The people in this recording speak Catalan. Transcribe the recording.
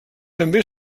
també